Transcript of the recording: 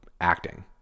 acting